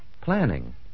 planning